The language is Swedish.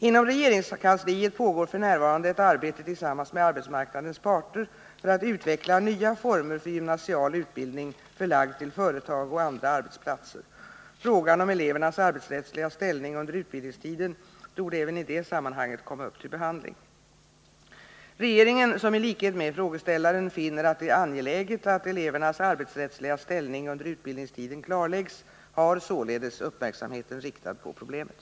Inom regeringskansliet pågår f. n. ett arbete tillsammans med arbetsmarknadens parter för att utveckla nya former för gymnasial utbildning förlagd till företag och andra arbetsplatser. Frågan om elevernas arbetsrättsliga ställning under utbildningstiden torde även i det sammanhanget komma upp till behandling. Regeringen, som i likhet med frågeställaren finner att det är angeläget att elevernas arbetsrättsliga ställning under utbildningstiden klarläggs, har således uppmärksamheten riktad på problemet.